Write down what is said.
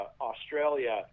Australia